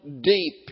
deep